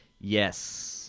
yes